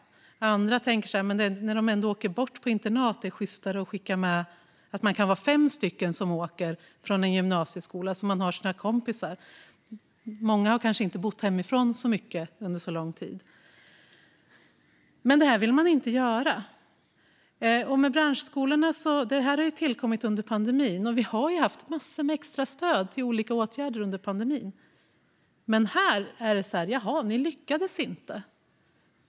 Andra tänker att när de ändå åker bort på internat är det sjystare att skicka fem från en gymnasieskola så att man har sina kompisar. Många kanske inte har bott hemifrån så mycket under så lång tid. Detta vill man dock inte göra. Branschskolorna tillkom under pandemin, och vi har haft massor med extra stöd till olika åtgärder under pandemin. Men här säger man: Jaha, ni lyckades inte.